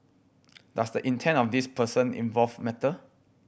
does the intent of this person involved matter